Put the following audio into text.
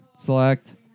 select